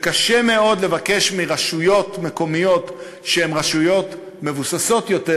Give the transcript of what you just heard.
וקשה מאוד לבקש מרשויות מקומיות מבוססות יותר